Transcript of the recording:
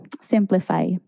simplify